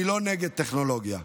אני לא נגד טכנולוגיה,